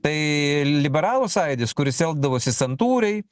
tai liberalų sąjūdis kuris elgdavosi santūriai